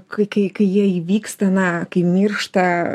k kai kai jie įvyksta na kai miršta